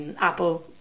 Apple